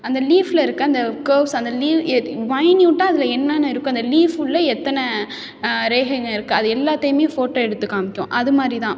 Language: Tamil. அந்த லீஃபில் இருக்கற அந்த கேர்வ்ஸ் அந்த லீவ் எத் மைன்யூட்டாக அதில் என்னென்ன இருக்கோ அந்த லீஃப் உள்ள எத்தனை ரேகைங்க இருக்குது அது எல்லாத்தையுமே ஃபோட்டோ எடுத்து காண்மிக்கும் அது மாதிரி தான்